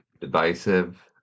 divisive